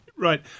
Right